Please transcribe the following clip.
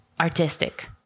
artistic